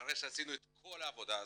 אחרי שעשינו את כל העבודה הזאת,